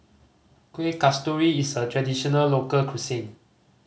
Kueh Kasturi is a traditional local cuisine